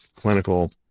clinical